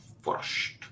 first